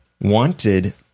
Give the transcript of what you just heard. wanted